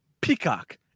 Peacock